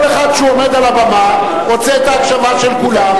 כל אחד שעומד על הבמה רוצה את ההקשבה של כולם.